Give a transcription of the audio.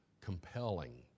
compelling